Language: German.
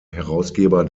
herausgeber